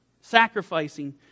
Sacrificing